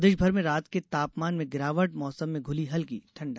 प्रदेश भर में रात के तापमान गिरावट मौसम में घुली हल्की ठंड